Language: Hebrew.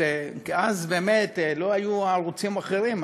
אז לא היו ערוצים אחרים,